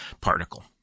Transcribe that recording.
particle